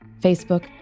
Facebook